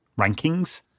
rankings